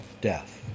death